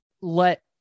let